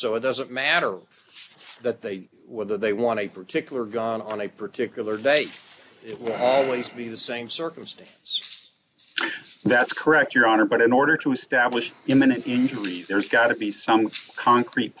so it doesn't matter that they whether they want a particular gone on a particular day it will always be the same circumstance that's correct your honor but in order to establish imminent injury there's got to be some concrete